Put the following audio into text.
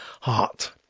Heart